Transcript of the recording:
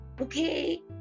okay